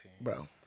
Bro